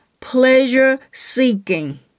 pleasure-seeking